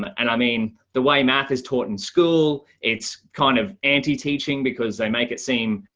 and i mean, the way math is taught in school, it's kind of anti teaching because they make it seem